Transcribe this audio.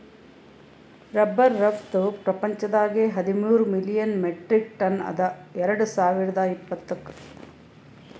rubber ರಫ್ತು ಪ್ರಪಂಚದಾಗೆ ಹದಿಮೂರ್ ಮಿಲಿಯನ್ ಮೆಟ್ರಿಕ್ ಟನ್ ಅದ ಎರಡು ಸಾವಿರ್ದ ಇಪ್ಪತ್ತುಕ್